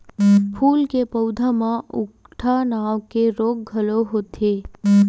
फूल के पउधा म उकठा नांव के रोग घलो होथे